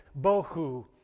bohu